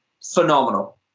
phenomenal